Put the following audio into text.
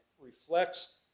reflects